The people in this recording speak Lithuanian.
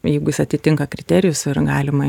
jeigu jis atitinka kriterijus ir galima